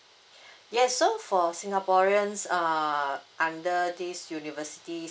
yes so for singaporeans err under this university